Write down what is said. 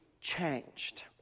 changed